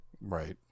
Right